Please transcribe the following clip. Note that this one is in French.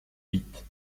huit